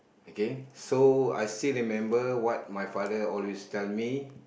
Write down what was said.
again so I still remember what my father always tell me